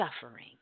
suffering